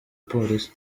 polisi